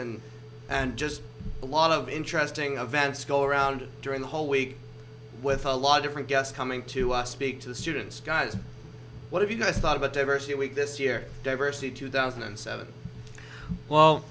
and and just a lot of interesting advance go around during the whole week with a lot of different guests coming to us speak to the students guys what have you guys thought about diversity week this year diversity two thousand and seven well